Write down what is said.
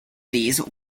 these